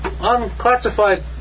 Unclassified